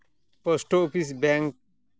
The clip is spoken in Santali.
ᱯᱳᱥᱴᱳ ᱚᱯᱤᱥ ᱵᱮᱝᱠ